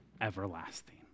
everlasting